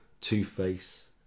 Two-Face